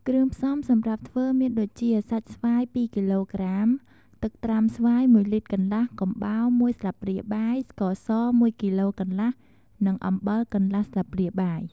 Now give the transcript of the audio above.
គ្រឿងផ្សំសម្រាប់ធ្វើមានដូចជា សាច់ស្វាយ ២គីឡូក្រាម ទឹកត្រាំស្វាយ ១លីត្រកន្លះ កំបោរ ១ស្លាបព្រាបាយ ស្ករស ១គីឡូកន្លះ និងអំបិលកន្លះស្លាបព្រាបាយ។